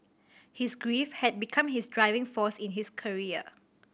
his grief had become his driving force in his career